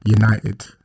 United